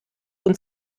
und